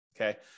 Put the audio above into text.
okay